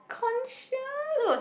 concious